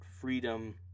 freedom